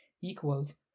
equals